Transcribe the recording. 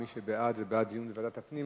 מי שבעד, זה בעד דיון בוועדת הפנים.